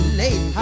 late